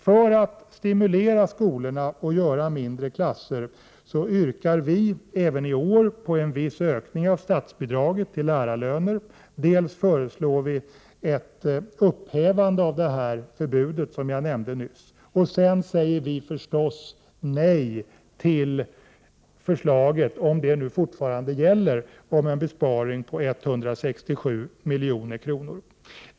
För att stimulera skolorna att göra mindre klasser yrkar vi även i år på en viss ökning av statsbidraget till lärarlöner och föreslår ett upphävande av det nämnda förbudet. Vi säger förstås nej till förslaget — om det fortfarande gäller — om en besparing på 167 milj.kr.